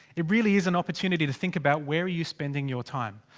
it really is an. opportunity to think about where are you spending your time?